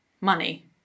money